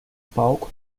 palco